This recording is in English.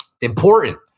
important